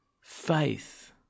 faith